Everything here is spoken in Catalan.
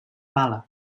pala